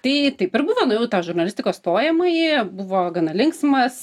tai taip ir buvo nuėjau į tą žurnalistikos stojamąjį buvo gana linksmas